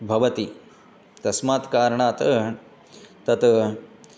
भवति तस्मात् कारणात् तत्